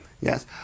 yes